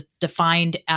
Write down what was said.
defined